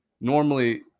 Normally